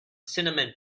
cinnamon